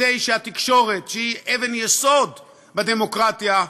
כדי שהתקשורת, שהיא אבן יסוד בדמוקרטיה,